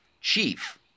chief